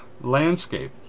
Landscape